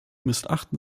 missachten